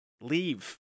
Leave